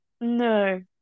No